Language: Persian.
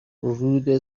رود